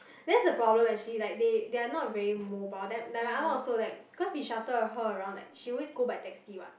that's a problem actually like they they are not very mobile like like my ah-ma also like cause we shuttle her around like she always go around by taxi what